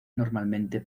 normalmente